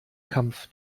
kampf